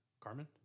Carmen